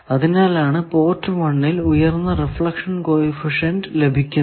അതിനാലാണ് പോർട്ട് 1 ൽ ഉയർന്ന റിഫ്ലക്ഷൻ കോ എഫിഷ്യന്റ് ലഭിക്കുന്നത്